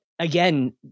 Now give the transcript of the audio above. Again